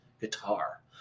guitar